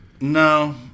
No